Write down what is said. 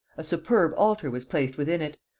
a superb altar was placed within it,